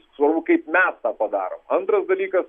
svarbu kaip mes tą padarom antras dalykas